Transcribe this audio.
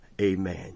Amen